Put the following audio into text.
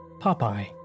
Popeye